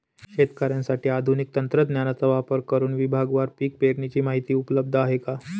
शेतकऱ्यांसाठी आधुनिक तंत्रज्ञानाचा वापर करुन विभागवार पीक पेरणीची माहिती उपलब्ध आहे का?